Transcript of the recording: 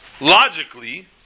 logically